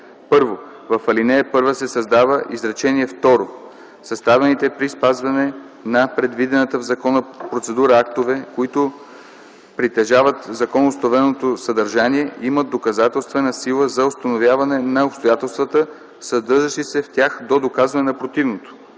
1. В ал. 1 се създава изречение второ: „Съставените при спазване на предвидената в закона процедура актове, които притежават законоустановеното съдържание, имат доказателствена сила за установяване на обстоятелствата, съдържащи се в тях до доказване на противното.”